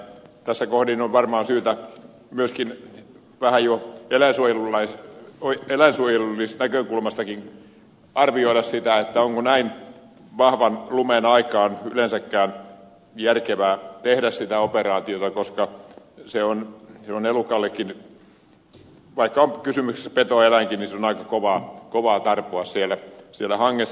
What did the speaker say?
tässä kohdin on varmaan syytä myöskin vähän jo eläinsuojelullisesta näkökulmastakin arvioida sitä onko näin vahvan lumen aikaan yleensäkään järkevää tehdä sitä operaatiota koska se on elukankin vaikka kysymyksessä onkin petoeläin aika kovaa tarpoa siellä hangessa